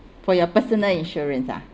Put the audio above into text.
for your personal insurance ah